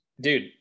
Dude